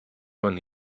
when